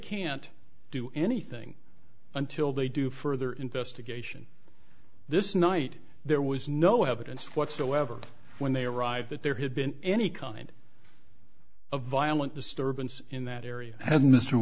can't do anything until they do further investigation this night there was no evidence whatsoever when they arrived that there had been any kind a violent disturbance in that area had